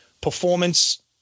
performance